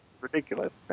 Ridiculous